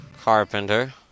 Carpenter